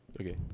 Okay